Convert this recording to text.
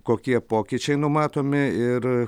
kokie pokyčiai numatomi ir